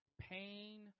Pain